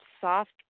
soft